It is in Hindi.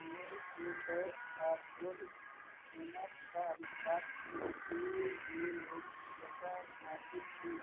उन्हें क्यू कैट बारकोड इस्कैनर का आविष्कार करने के लिए लोकप्रियता हासिल हुई